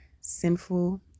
sinful